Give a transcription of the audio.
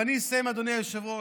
ואני אסיים, אדוני היושב-ראש.